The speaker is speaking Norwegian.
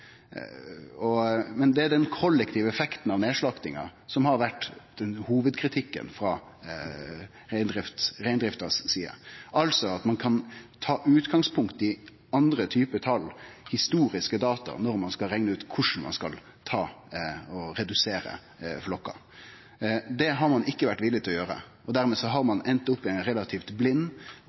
med. Men det er den kollektive effekten av nedslaktinga som har vore hovudkritikken frå reindrifta si side, altså at ein kan ta utgangspunkt i andre typar tal, historiske data, når ein skal rekne ut korleis ein skal redusere flokkar. Det har ein ikkje vore villig til å gjere, og dermed har ein enda opp i ei relativt blind